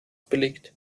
belegt